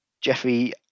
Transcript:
Jeffy